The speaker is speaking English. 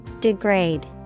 Degrade